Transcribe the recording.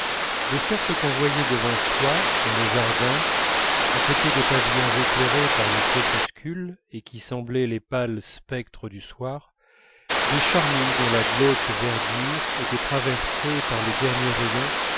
de sorte qu'on voyait devant soi dans le jardin à côté de pavillons éclairés par le crépuscule et qui semblaient les pâles spectres du soir des charmilles dont la glauque verdure était traversée par les derniers rayons